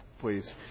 please